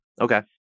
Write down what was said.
Okay